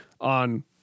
on